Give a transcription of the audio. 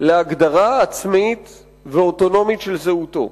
להגדרה עצמית ואוטונומית של זהותו.